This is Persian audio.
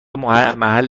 محل